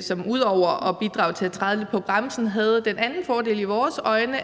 som ud over at bidrage til at træde lidt på bremsen i vores øjne havde den anden fordel,